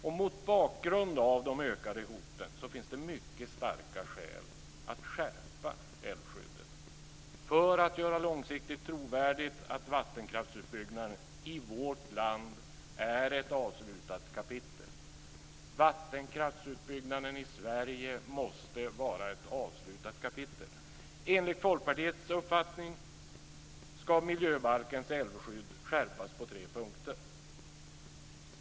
Och mot bakgrund av de ökade hoten finns det mycket starka skäl att skärpa älvskyddet för att göra långsiktigt trovärdigt att vattenkraftsutbyggnaden i vårt land är ett avslutat kapitel. Vattenkraftsutbyggnaden i Sverige måste vara ett avslutat kapitel. Enligt Folkpartiets uppfattning ska miljöbalkens älvskydd skärpas på tre punkter.